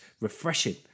refreshing